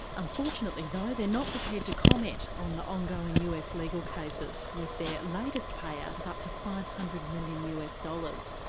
unfortunately though, they're not prepared to comment on the ongoing us legal cases with their latest payout of up to five hundred million us dollars.